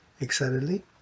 excitedly